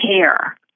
care